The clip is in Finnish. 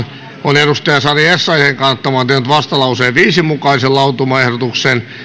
on sari essayahn kannattamana tehnyt vastalauseen viiden mukaisen lausumaehdotuksen